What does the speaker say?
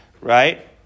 right